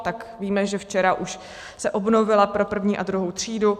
Tak víme, že včera už se obnovila pro první a druhou třídu.